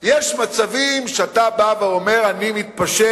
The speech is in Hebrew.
יש מצבים שאתה בא ואומר: אני מתפשר.